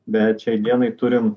bet šiai dienai turim